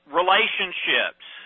relationships